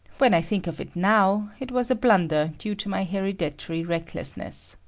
when i think of it now, it was a blunder due to my hereditary recklessness.